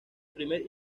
primer